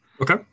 Okay